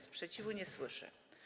Sprzeciwu nie słyszę.